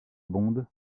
bond